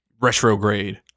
Retrograde